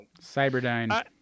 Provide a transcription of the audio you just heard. Cyberdyne